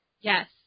yes